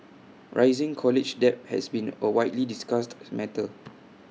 rising college debt has been A widely discussed matter